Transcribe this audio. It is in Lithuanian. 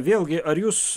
vėlgi ar jūs